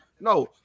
No